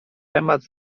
temat